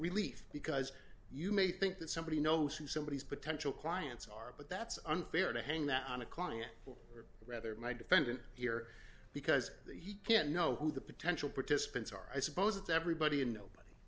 relief because you may think that somebody knows who somebody is potential clients are but that's unfair to hang that on a client or rather my defendant here because he can't know who the potential participants are i suppose it's everybody and nobody